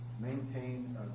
maintain